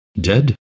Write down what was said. Dead